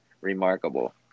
remarkable